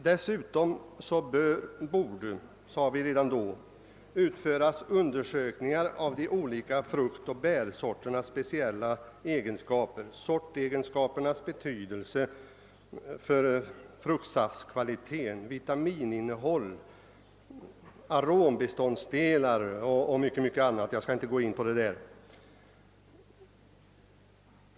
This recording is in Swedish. Dessutom borde — det sade vi redan då — undersökningar utföras av de olika fruktoch bärsorternas speciella egenskaper, sortegenskapernas betydelse för fruktsaftskvalitet, vitamininnehåll, arombeståndsdelar och mycket annat som jag inte skall gå in på här.